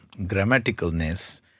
grammaticalness